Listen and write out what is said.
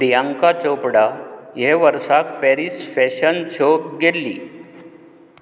प्रियांका चोपडा हे वर्सा Paris fashion शोक गेल्ली